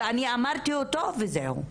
ואני אמרתי אותו, וזהו.